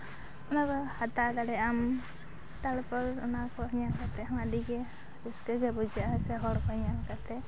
ᱚᱱᱟ ᱫᱚ ᱦᱟᱛᱟᱣ ᱫᱟᱲᱮᱭᱟᱜᱼᱟᱢ ᱛᱟᱨᱯᱚᱨ ᱚᱱᱟ ᱠᱚ ᱧᱮᱞ ᱠᱟᱛᱮ ᱦᱚᱸ ᱟᱹᱰᱤ ᱜᱮ ᱨᱟᱹᱥᱠᱟᱹ ᱜᱮ ᱵᱩᱡᱷᱟᱹᱜᱼᱟ ᱥᱮ ᱦᱚᱲ ᱠᱚ ᱧᱮᱞ ᱠᱟᱛᱮ